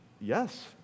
Yes